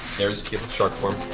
there's keyleth's shark form.